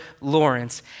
Lawrence